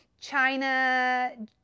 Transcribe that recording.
china